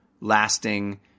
lasting